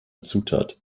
zutat